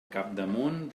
capdamunt